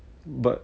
but